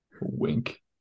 wink